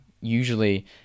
usually